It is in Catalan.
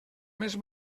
més